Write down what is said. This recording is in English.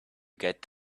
get